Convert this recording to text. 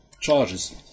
charges